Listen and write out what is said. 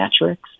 metrics